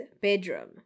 bedroom